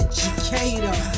Educator